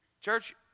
Church